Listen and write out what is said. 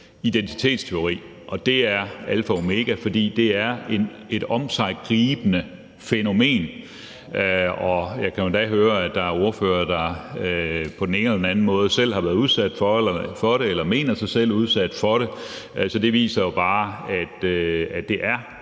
identitetstyveri, og det er alfa og omega, for det er et omsiggribende fænomen. Jeg kan endda høre, at der er ordførere, der på den ene eller anden måde selv har været udsat for det eller mener sig selv udsat for det, så det viser jo bare, at det er